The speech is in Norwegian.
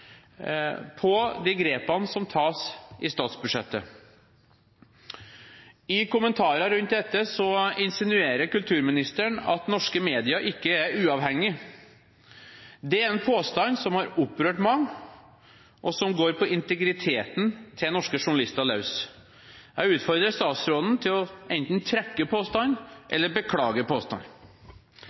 på grepene som tas i statsbudsjettet. I kommentarer rundt dette insinuerer kulturministeren at norske medier ikke er uavhengige. Det er en påstand som har opprørt mange, og som går på integriteten til norske journalister løs. Jeg utfordrer statsråden til enten å trekke eller beklage